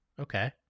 okay